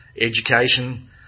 education